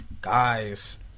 Guys